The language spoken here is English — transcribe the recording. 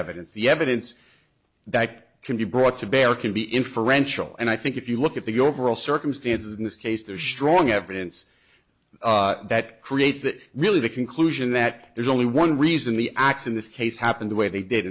evidence the evidence that can be brought to bear can be inferential and i think if you look at the overall circumstances in this case there srong evidence that creates that really the conclusion that there's only one reason the acts in this case happen the way they did